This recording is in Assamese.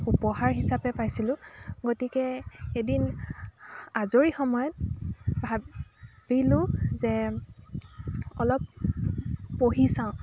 উপহাৰ হিচাপে পাইছিলোঁ গতিকে এদিন আজৰি সময়ত ভাবিলোঁ যে অলপ পঢ়ি চাওঁ